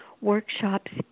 workshops